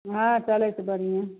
हँ चलय छै बढ़ियेँ